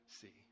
see